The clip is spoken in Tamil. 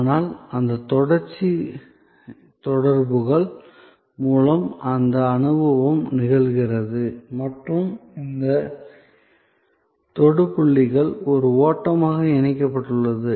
ஆனால் அந்த தொடர்ச்சி தொடர்கள் மூலம் அந்த அனுபவம் நிகழ்கிறது மற்றும் இந்த தொடு புள்ளிகள் ஒரு ஓட்டமாக இணைக்கப்பட்டுள்ளது